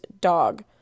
Dog